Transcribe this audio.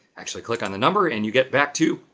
actually, click on the number and you get back to,